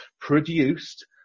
produced